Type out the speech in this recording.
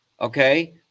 okay